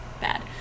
bad